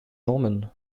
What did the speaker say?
normen